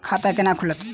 खाता केना खुलत?